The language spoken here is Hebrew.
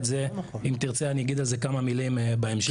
אם תרצה אני אגיד על זה כמה מילים בהמשך.